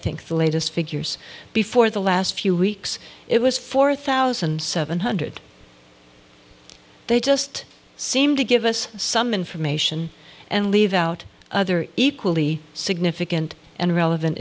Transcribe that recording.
think the latest figures before the last few weeks it was four thousand seven hundred they just seem to give us some information and leave out other equally significant and relevant